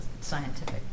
scientific